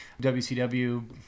WCW